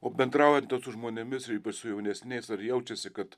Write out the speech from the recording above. o bendraujant su žmonėmis su jaunesniais ar jaučiasi kad